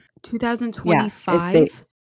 2025